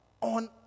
on